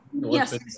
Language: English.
Yes